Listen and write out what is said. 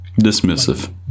Dismissive